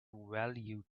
value